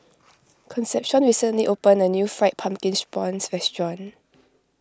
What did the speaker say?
Concepcion recently opened a new Fried Pumpkin's Prawns restaurant